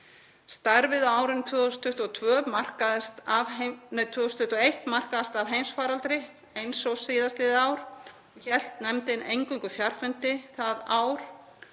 Starfið á árinu 2021 markaðist af heimsfaraldri eins og síðastliðið ár og hélt nefndin eingöngu fjarfundi það ár.